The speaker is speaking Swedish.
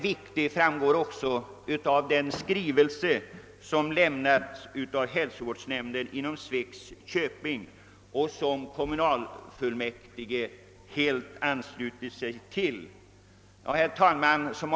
Detta framgår även av den skrivelse som lämnats av hälsovårdsnämnden inom Svegs köping och som kommunalfullmäktige helt anslutit sig till. Herr talman!